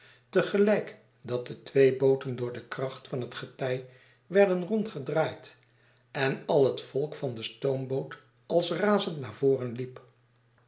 gelijk dat de twee booten door de kracht van het getij werden rondgedraaid en al het volk van de stoomboot als razend naar voren liep